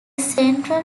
central